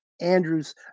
Andrews